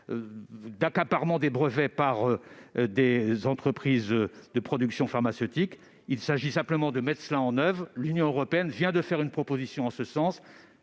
l'accaparement des brevets par les entreprises de production pharmaceutique. Il s'agit simplement de les mettre en oeuvre. L'Union européenne vient de formuler une proposition en ce sens.